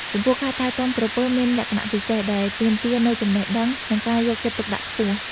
ចំពោះការថែទាំក្រពើមានលក្ខណៈពិសេស ដែលទាមទារនូវចំណេះដឹង និងការយកចិត្តទុកដាក់ខ្ពស់។